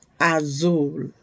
azul